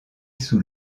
sous